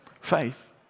Faith